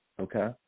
Okay